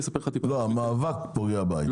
לא, המאבק פוגע בהיי-טק.